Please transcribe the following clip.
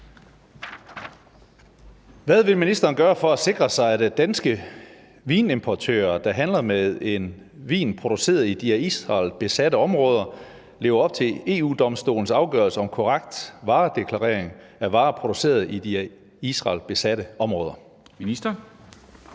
Hvad vil ministeren gøre for at sikre sig, at danske vinimportører, der handler med vin produceret i de af Israel besatte områder, lever op til EU-Domstolens afgørelse om korrekt varedeklarering af varer produceret i de af Israel besatte områder? Skriftlig